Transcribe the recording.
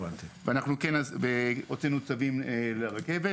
הוצאנו צווים לרכבת